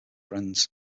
friends